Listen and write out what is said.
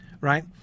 Right